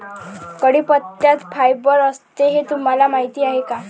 कढीपत्त्यात फायबर असते हे तुम्हाला माहीत आहे का?